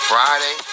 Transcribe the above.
Friday